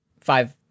five